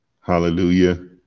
Hallelujah